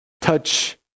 Touch